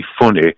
funny